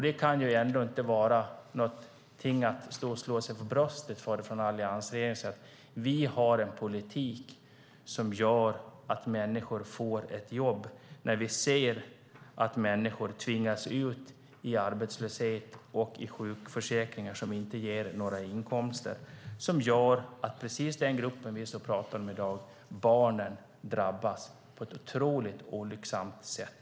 Det kan inte vara något att slå sig för bröstet för från alliansregeringen och säga: Vi har en politik som gör att människor får ett jobb. Vi ser att människor tvingas ut i arbetslöshet och i sjukförsäkringar som inte ger några inkomster. Det gör att precis den grupp vi talar om i dag, barnen, drabbas på ett otroligt olyckligt sätt.